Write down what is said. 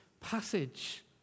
passage